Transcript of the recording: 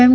એમ